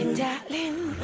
darling